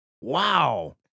Wow